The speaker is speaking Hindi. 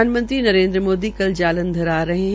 प्रधानमंत्री नरेन्द्र मोदी कल जालंधर आ रहे है